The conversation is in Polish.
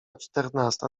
czternasta